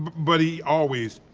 but he always,